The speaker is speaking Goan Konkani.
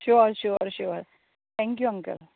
sure sure sure thank you uncle